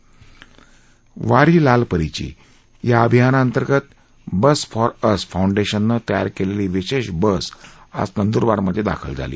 वारी लालपरीची या अभियानाअंतर्गत बस फॉर असं फाऊडेशननं तयार केलेली विशेष बस आज नंदुरबारमध्ये दाखल झाली